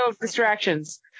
distractions